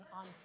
on